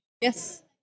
Yes